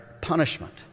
punishment